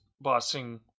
bossing